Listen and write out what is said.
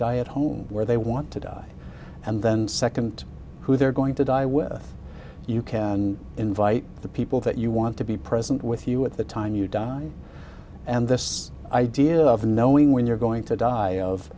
at home where they want to die and then second who they're going to die with you can invite the people that you want to be present with you at the time you die and this idea of knowing when you're going to die of